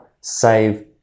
save